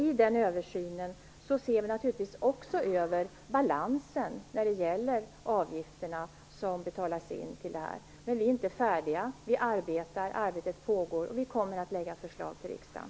I den översynen ser vi naturligtvis också över balansen när det gäller avgifterna som betalas in. Men vi är inte färdiga - arbetet pågår, och vi kommer att lägga fram förslag för riksdagen.